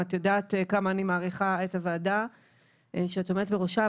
את יודעת גם כמה אני מעריכה את הוועדה שאת עומדת בראשה,